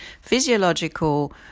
physiological